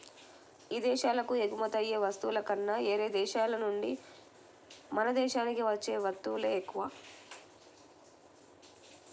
ఇదేశాలకు ఎగుమతయ్యే వస్తువుల కన్నా యేరే దేశాల నుంచే మన దేశానికి వచ్చే వత్తువులే ఎక్కువ